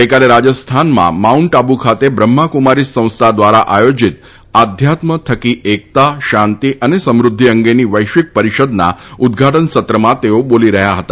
ગઇકાલ રાજસ્થાનમાં માઉન્ટ આબુ ખાત બ્રહ્મા કુમારીઝ સંસ્થા દ્વારા આયોજીત આધ્યાત્મ થકી એકતા શાંતિ સમૃદ્ધિ અંગશ્ની વૈશ્વિક પરિષદના ઉદ્વાટન સત્રમાં તાપ્યો બોલી રહ્યા હતા